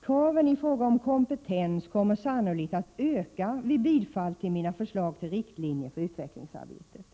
Kraven i fråga om kompetens kommer sannolikt att öka vid bifall till mina förslag till riktlinjer för utvecklingsarbetet.